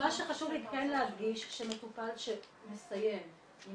מה שחשוב לי כן להדגיש שמטופל שמסיים עם